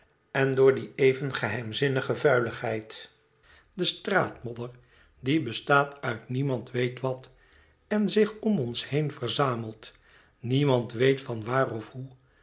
wadende endoor die even geheimzinnige vuiligheid de straatmodder die bestaat uit niemand weet wat en zich om ons heen verzamelt niemand weet van waar of hoe